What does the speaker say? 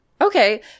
Okay